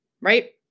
right